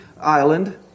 island